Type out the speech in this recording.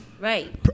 Right